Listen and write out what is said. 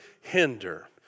hinder